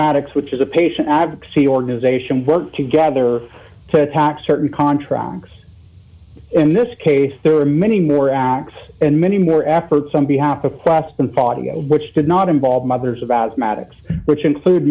maddox which is a patient advocacy organization work together to attack certain contracts in this case there are many more acts and many more efforts on behalf of cross them thought of which did not involve mothers about maddox which include